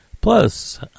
plus